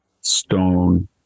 stone